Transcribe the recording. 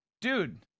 dude